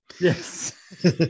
yes